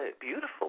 beautiful